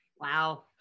Wow